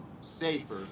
safer